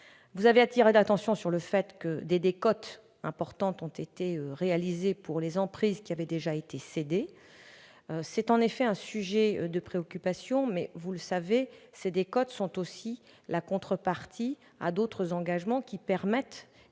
Vous avez appelé mon attention sur le fait que des décotes importantes ont été réalisées pour les emprises qui avaient déjà été cédées. C'est en effet un sujet de préoccupation, mais, vous le savez, ces décotes sont aussi la contrepartie d'autres engagements, qui permettent